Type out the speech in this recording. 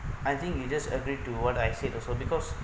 I think you just agreed to what I said also because